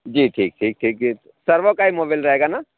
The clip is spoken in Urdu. جی ٹھیک ٹھیک ٹھیک ٹھیک سروو کا ہی موبل رہے گا نا